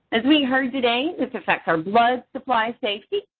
as we heard today, this affects our blood supply safety,